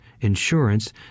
insurance